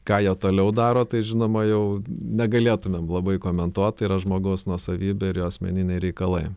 ką jie toliau daro tai žinoma jau negalėtumėm labai komentuot tai yra žmogaus nuosavybė ir jo asmeniniai reikalai